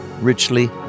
richly